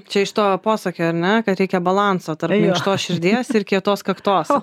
čia iš to posakio ar ne kad reikia balanso tarp minkštos širdies ir kietos kaktos